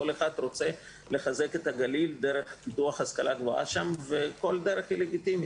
כל אחד רוצה לחזק את הגליל דרך ההשכלה הגבוהה וכל דרך היא לגיטימית.